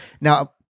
Now